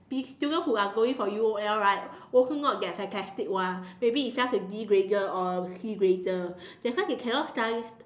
these students who are going for U_O_L right also not get a fantastic [one] maybe just a D grader or C grader that's why he cannot study